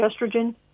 estrogen